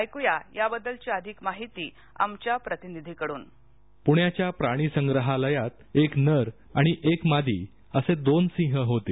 ऐक्या याबद्दलची अधिक माहिती आमच्या प्रतिनिधींकडून स्क्रिप्ट पुण्याच्या प्राणीसंग्रहालयात एक नर आणि एक मादी असे दोन सिंह होते